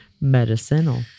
medicinal